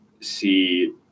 see